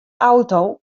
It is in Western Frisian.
auto